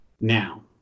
Now